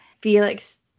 Felix